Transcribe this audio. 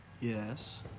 Yes